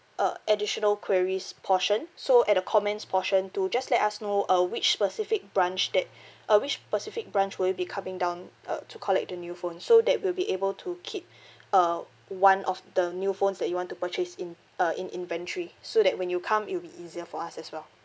uh additional queries portion so at the comments portion to just let us know uh which specific branch that uh which specific branch will you be coming down uh to collect the new phone so that we'll be able to keep uh one of the new phones that you want to purchase in uh in inventory so that when you come it'll be easier for us as well